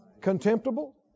Contemptible